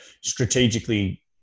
strategically